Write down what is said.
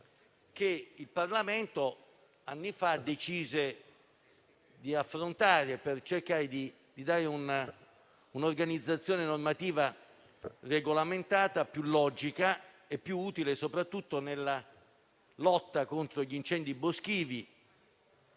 che il Parlamento, anni fa, decise di affrontare per cercare di dare un'organizzazione normativa regolamentata più logica e più utile soprattutto nella lotta contro gli incendi boschivi